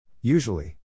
Usually